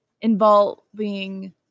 involving